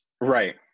Right